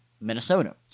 Minnesota